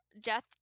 death